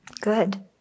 Good